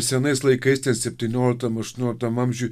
senais laikais ties septynioliktam aštuonioliktam amžiuj